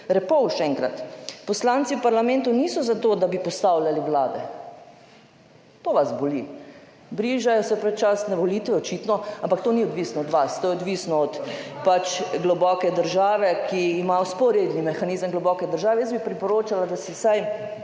Repovž enkrat, poslanci v parlamentu niso za to, da bi postavljali vlade. To vas boli. Bližajo se predčasne volitve, očitno, ampak to ni odvisno od vas, to je odvisno od pač globoke države, ki ima vzporedni mehanizem globoke države. Jaz bi priporočala, da si vsaj